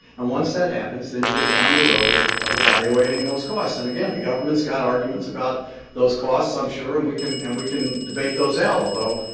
and once that happens, then you go down the road of of evaluating those costs. and, again, the government has arguments about those costs, i'm sure, and we can and we can debate those out, although,